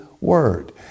word